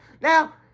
Now